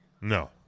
no